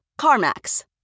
CarMax